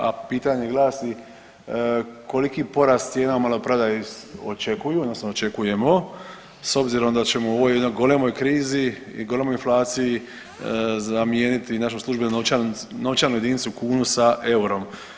A pitanje glasi koliki porast cijena u maloprodaji očekuju odnosno očekujemo s obzirom da ćemo u ovoj jednoj golemoj krizi i golemoj inflaciji zamijeniti našu službenu novčanu jedinicu kunu sa eurom.